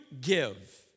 give